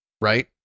right